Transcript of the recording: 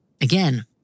Again